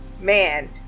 man